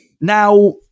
Now